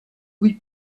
louis